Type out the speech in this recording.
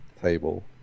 table